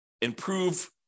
improve